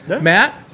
matt